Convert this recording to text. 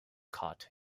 caught